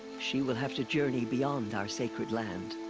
she will have to journey beyond our sacred land.